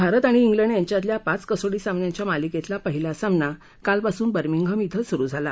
भारत आणि उलंड यांच्यातील पाच कसोटी सामन्यांच्या मालिकेतला पहिला सामना कालपासून बर्मिंगहम क्वे सुरु झाला